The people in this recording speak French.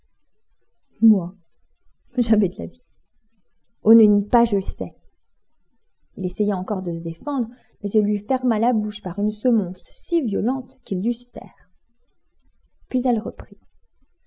de la vie oh ne nie pas je le sais il essaya encore de se défendre mais elle lui ferma la bouche par une semonce si violente qu'il dut se taire puis elle reprit